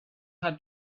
had